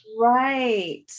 Right